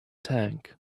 tank